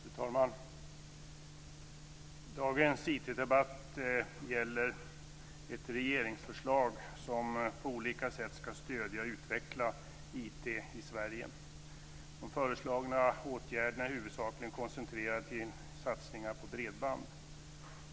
Fru talman! Dagens IT-debatt gäller ett regeringsförslag som på olika sätt ska stödja och utveckla IT i Sverige. De föreslagna åtgärderna är huvudsakligen koncentrerade till satsningar på bredband.